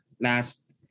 last